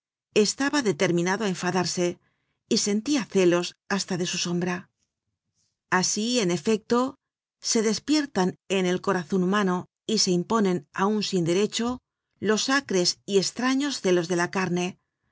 estaba determinado á enfadarse y sentia celos hasta de su sombra asi en efecto se depiertan en el corazon humano y se imponen aun sin derecho los acres y estraños celos de la carne